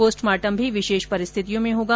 postmortem भी विशेष परिस्थितियों में होगा